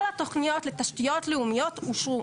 כל התוכניות לתשתיות לאומיות אושרו.